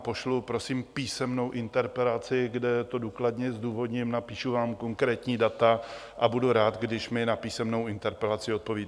Pošlu vám prosím písemnou interpelaci, kde to důkladně zdůvodním, napíšu vám konkrétní data, a budu rád, když mi na písemnou interpelaci odpovíte.